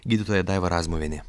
gydytoja daiva razmuvienė